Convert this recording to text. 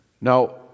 Now